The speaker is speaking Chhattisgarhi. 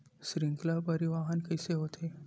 श्रृंखला परिवाहन कइसे होथे?